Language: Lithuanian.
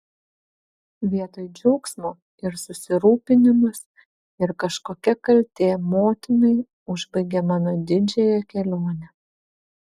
vietoj džiaugsmo ir susirūpinimas ir kažkokia kaltė motinai užbaigė mano didžiąją kelionę